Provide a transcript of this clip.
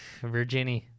Virginia